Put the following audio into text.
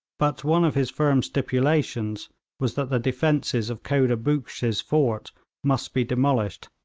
but one of his firm stipulations was that the defences of khoda buxsh's fort must be demolished,